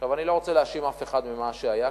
אני לא רוצה להאשים אף אחד במה שהיה,